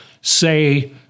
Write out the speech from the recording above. say